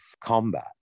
combat